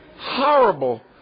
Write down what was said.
horrible